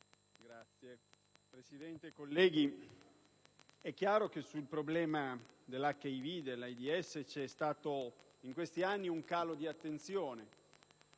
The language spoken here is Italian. Presidente, colleghi, sul problema dell'HIV e dell'AIDS vi è stato in questi anni un calo di attenzione,